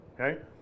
Okay